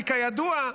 כי כידוע,